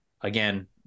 again